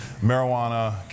Marijuana